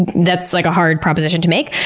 that's like a hard proposition to make.